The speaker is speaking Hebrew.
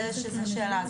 זה שאלה.